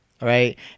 right